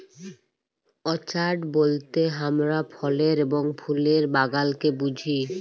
orchard বলতে হামরা ফলের এবং ফুলের বাগালকে বুঝি